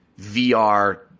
VR